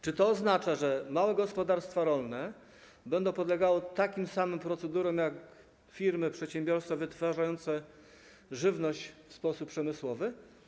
Czy to oznacza, że małe gospodarstwa rolne będą podlegały takim samym procedurom jak firmy, przedsiębiorstwa wytwarzające żywność w sposób przemysłowy?